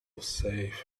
safe